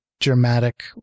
dramatic